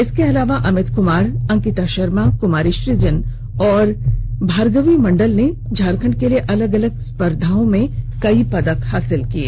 इसके अलावा अमित कुमार अंकिता शर्मा कुमारी श्रीजन और भार्गवी मंडल ने झारखंड के लिए अलग अलग स्पर्द्वाओं में कई पदक हासिल किये